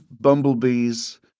bumblebees